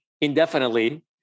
indefinitely